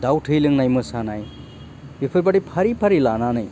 दाव थै लोंनाय मोसानाय बेफोबादि फारि फारि लानानै